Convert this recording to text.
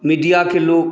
मीडियाके लोक